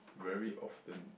very often